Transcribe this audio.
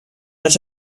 lot